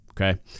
okay